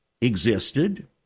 existed